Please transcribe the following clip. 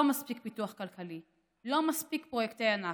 לא מספיק פיתוח כלכלי, לא מספיק פרויקטי ענק,